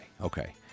okay